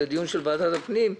זה דיון של ועדת הפנים,